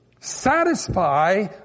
satisfy